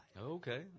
Okay